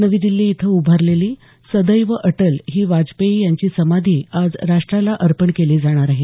नवी दिल्ली इथं उभारलेली सदैव अटल ही वाजपेयी यांची समाधी आज राष्ट्राला अर्पण केली जाणार आहे